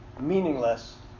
meaningless